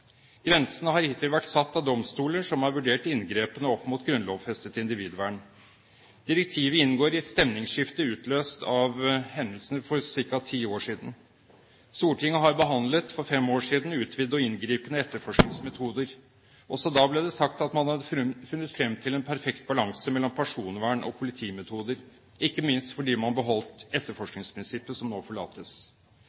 Grensene har hittil vært satt av domstoler som har vurdert inngrepene opp mot grunnlovsfestet individvern. Direktivet inngår i et stemningsskifte utløst av hendelser for ca. ti år siden. Stortinget behandlet for fem år siden utvidede og inngripende etterforskningsmetoder. Også da ble det sagt at man har funnet frem til en perfekt balanse mellom personvern og politimetoder, ikke minst fordi man beholdt